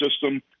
system